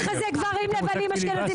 ככה זה גברים לבנים אשכנזים,